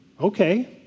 Okay